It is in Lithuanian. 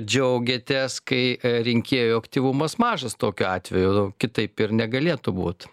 džiaugiatės kai rinkėjų aktyvumas mažas tokiu atveju kitaip ir negalėtų būt